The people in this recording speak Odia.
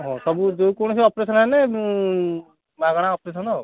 ହଉ ସବୁ ଯେକୌଣସି ଅପରେସନ୍ ହେଲେ ମାଗଣା ଅପରେସନ୍